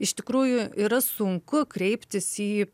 iš tikrųjų yra sunku kreiptis į